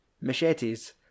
machetes